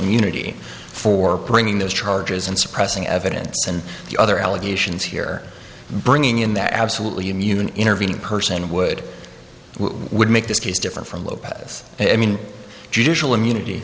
immunity for bringing those charges and suppressing evidence and the other allegations here bringing in that absolutely immune intervening person would would make this case different from lopez i mean judicial immunity